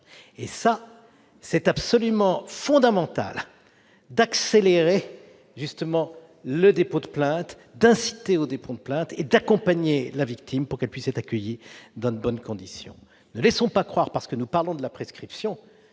! Il est absolument fondamental d'inciter au dépôt de plainte, de l'accélérer et d'accompagner la victime pour qu'elle puisse être accueillie dans de bonnes conditions. Ne laissons pas croire, parce que nous parlons de la prescription,